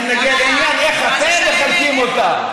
לעניין איך אתם מחלקים אותה.